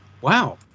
Wow